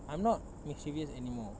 I'm not mischievous any more